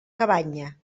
cabanya